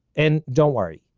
and don't worry,